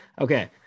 okay